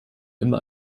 immer